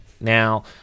Now